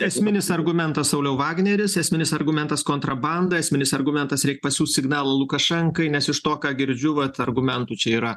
esminis argumentas sauliau vagneris esminis argumentas kontrabanda esminis argumentas reik pasiųst signalą lukašenkai nes iš to ką girdžiu vat argumentų čia yra